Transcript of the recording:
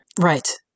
Right